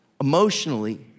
emotionally